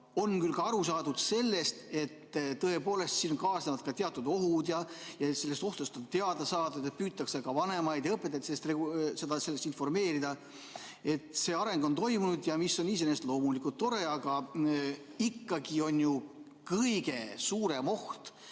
On küll aru saadud sellest, et tõepoolest kaasnevad ka teatud ohud, nendest ohtudest on teada saadud ja püütakse ka vanemaid ja õpetajaid sellest informeerida. See areng on toimunud ja see on iseenesest loomulikult tore. Aga ikkagi on ju kõige suurem oht,